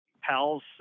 pals